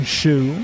shoe